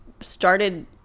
started